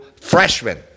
freshman